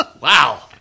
Wow